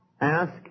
Ask